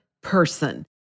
person